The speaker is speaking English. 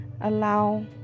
allow